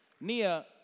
Nia